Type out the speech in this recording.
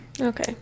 okay